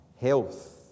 health